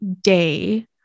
day